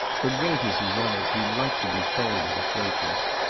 for great as he was, he liked to be told of his greatness,